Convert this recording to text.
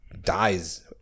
dies